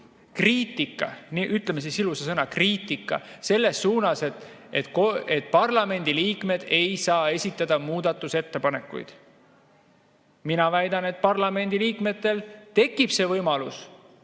kriitika, ütleme siis ilusa sõna "kriitika", selles suunas, et parlamendiliikmed ei saa esitada muudatusettepanekuid. Mina väidan, et parlamendiliikmetel tekib see võimalus,